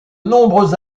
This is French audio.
nombreux